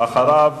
ואחריו